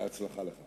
בהצלחה לך.